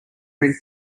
print